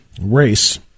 race